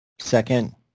second